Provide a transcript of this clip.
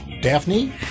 Daphne